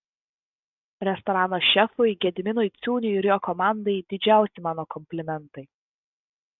restorano šefui gediminui ciūniui ir jo komandai didžiausi mano komplimentai